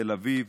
בתל אביב,